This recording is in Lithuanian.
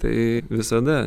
tai visada